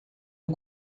uma